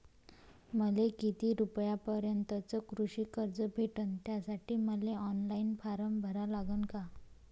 मले किती रूपयापर्यंतचं कृषी कर्ज भेटन, त्यासाठी मले ऑनलाईन फारम भरा लागन का?